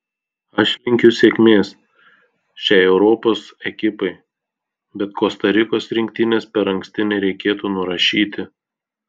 aš linkiu sėkmės šiai europos ekipai bet kosta rikos rinktinės per anksti nereikėtų nurašyti